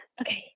Okay